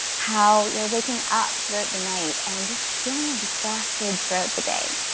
how you're waking up throughout the night and just feeling exhausted throughout the day.